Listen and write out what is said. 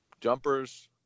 jumpers